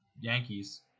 Yankees